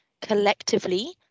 collectively